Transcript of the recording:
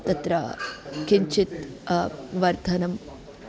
तत्र किञ्चित् वर्धनं